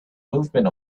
movement